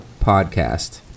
podcast